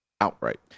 outright